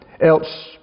else